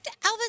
Elvis